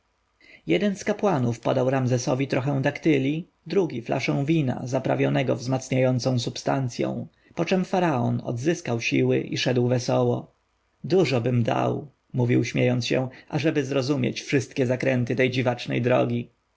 jeden z kapłanów podał ramzesowi trochę daktyli drugi flaszę wina zaprawionego wzmacniającą substancją poczem faraon odzyskał siły i szedł wesoło dużobym dał mówił śmiejąc się ażeby zrozumieć wszystkie zakręty tej dziwacznej drogi